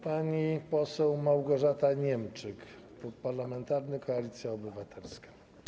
Pani poseł Małgorzata Niemczyk, Klub Parlamentarny Koalicja Obywatelska.